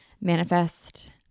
manifest